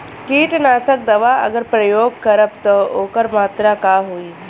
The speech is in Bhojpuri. कीटनाशक दवा अगर प्रयोग करब त ओकर मात्रा का होई?